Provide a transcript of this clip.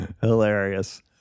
Hilarious